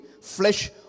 flesh